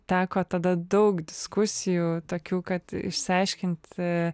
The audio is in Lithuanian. teko tada daug diskusijų tokių kad išsiaiškinti